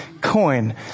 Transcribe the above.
coin